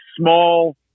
small